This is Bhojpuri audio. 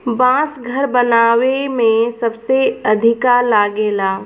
बांस घर बनावे में सबसे अधिका लागेला